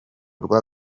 rwa